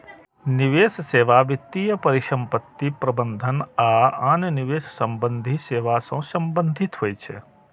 निवेश सेवा वित्तीय परिसंपत्ति प्रबंधन आ आन निवेश संबंधी सेवा सं संबंधित होइ छै